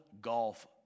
Golf